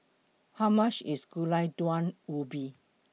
How much IS Gulai Daun Ubi